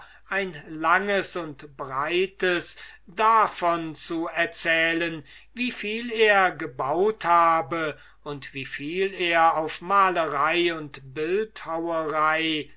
ein langes und breites davon zu erzählen wie viel er gebaut habe und wie viel er auf malerei und bildhauerei